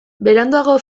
beranduago